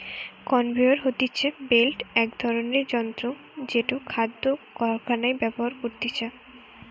conveyor হতিছে belt এক ধরণের যন্ত্র জেটো খাদ্য কারখানায় ব্যবহার করতিছে